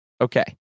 Okay